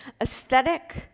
aesthetic